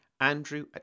andrew